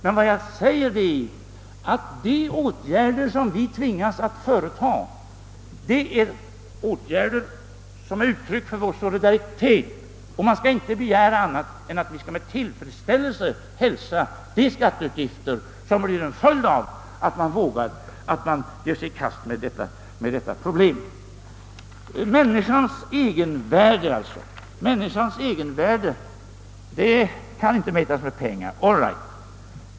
Men vad jag säger är att de åtgärder vi tvingas vidtaga är uttryck för vår solidaritet, och man skall inte begära annat än att vi med tillfredsställelse hälsar de skatteutgifter som blir en följd av att vi ger oss i kast med problemet. Människans egenvärde kan inte mätas i pengar — all right.